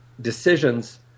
decisions